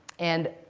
and